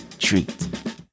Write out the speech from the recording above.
treat